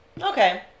okay